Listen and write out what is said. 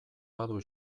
badu